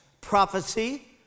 prophecy